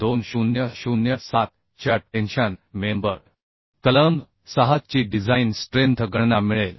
800 2007 च्या tension member कलम 6 चीडिझाईन स्ट्रेंथ गणना मिळेल